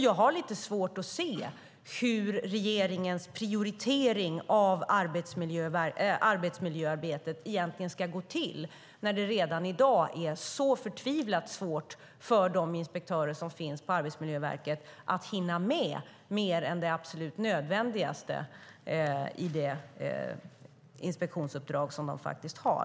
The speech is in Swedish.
Jag har lite svårt att se hur regeringens prioritering av arbetsmiljöarbetet egentligen ska gå till när det redan i dag är så förtvivlat svårt för de inspektörer som finns på Arbetsmiljöverket att hinna med mer än det absolut nödvändiga i det inspektionsuppdrag som man faktiskt har.